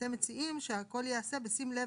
אתם מציעים להוסיף: והכול ייעשה בשים לב